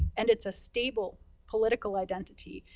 and it's a stable political identity,